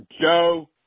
Joe